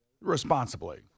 responsibly